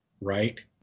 right